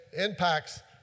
impacts